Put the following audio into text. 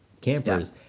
campers